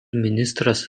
ministras